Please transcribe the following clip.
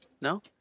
No